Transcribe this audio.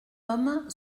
homme